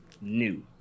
new